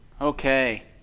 Okay